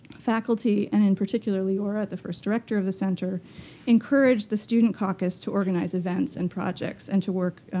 faculty and and particularly leora, the first director of the center encouraged the student caucus to organize events and projects. and to work,